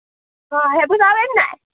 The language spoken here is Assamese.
অঁ সেইবোৰ চাব পাৰিম নাই